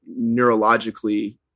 neurologically